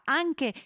anche